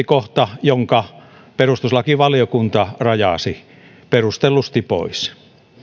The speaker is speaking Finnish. kohta jonka perustuslakivaliokunta rajasi perustellusti pois